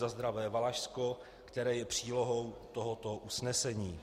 Za zdravé Valašsko, která je přílohou tohoto usnesení;